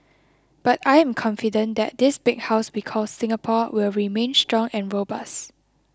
but I am confident that this big house we call Singapore will remain strong and robust